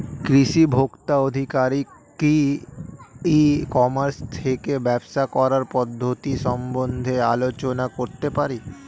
কৃষি ভোক্তা আধিকারিক কি ই কর্মাস থেকে ব্যবসা করার পদ্ধতি সম্বন্ধে আলোচনা করতে পারে?